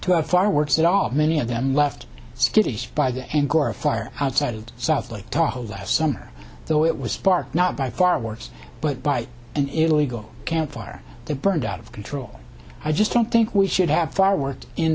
to have far worse at all many of them left skittish by the in car a fire outside of south lake tahoe last summer though it was sparked not by far worse but by an illegal camp fire that burned out of control i just don't think we should have fireworks in